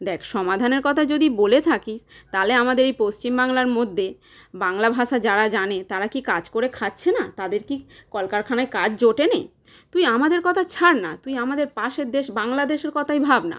দেখ সমাধানের কথা যদি বলে থাকিস তাহলে আমাদের এই পশ্চিম বাংলার মধ্যে বাংলা ভাষা যারা জানে তারা কি কাজ করে খাচ্ছে না তাদের কি কলকারখানায় কাজ জোটে নে তুই আমাদের কথা ছাড় না তুই আমাদের পাশের দেশ বাংলাদেশের কথাই ভাব না